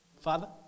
father